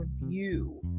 review